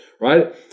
Right